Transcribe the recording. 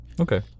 Okay